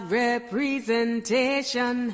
representation